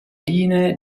linee